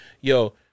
Yo